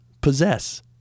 possess